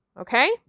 Okay